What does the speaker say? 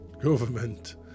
government